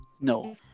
no